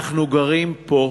אנחנו גרים פה,